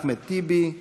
אחמד טיבי,